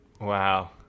wow